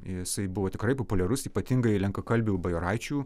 jisai buvo tikrai populiarus ypatingai lenkakalbių bajoraičių